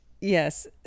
Yes